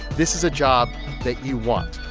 this is a job that you want.